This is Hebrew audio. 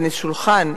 טניס שולחן,